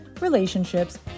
relationships